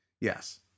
Yes